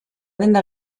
denda